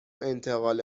انتقال